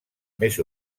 més